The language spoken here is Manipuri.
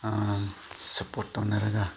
ꯁꯄꯣꯔꯠ ꯇꯧꯅꯔꯒ